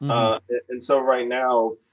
and so right now,